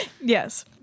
Yes